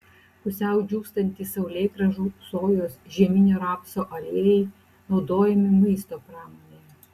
pusiau džiūstantys saulėgrąžų sojos žieminio rapso aliejai naudojami maisto pramonėje